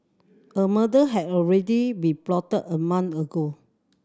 a murder had already be plotted a month ago